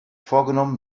vorgenommen